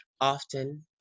often